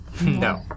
No